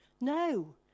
No